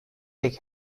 pek